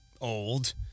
old